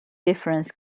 difference